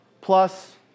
plus